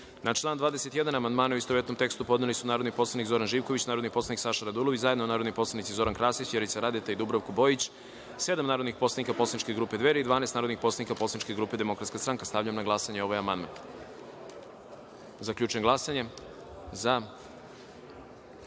član 25. amandmane, u istovetnom tekstu, podneli su narodni poslanik Zoran Živković, narodni poslanik Saša Radulović, zajedno narodni poslanici Zoran Krasić, Vjerica Radeta i Petar Jojić, sedam narodnih poslanik poslaničke grupe Dveri i 12 narodnih poslanika poslaničke grupe Demokratska stranka. Stavljam na glasanje ovaj